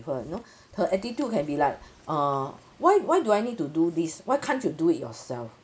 with her you know her attitude can be like err why why do I need to do this why can't you do it yourself